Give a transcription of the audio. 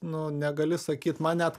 nu negali sakyt man net